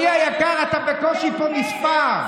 אדוני היקר, אתה בקושי נספר פה.